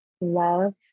love